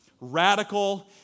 Radical